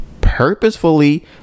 purposefully